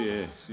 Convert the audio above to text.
Yes